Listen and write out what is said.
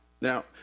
Now